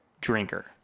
drinker